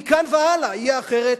מכאן והלאה יהיה אחרת,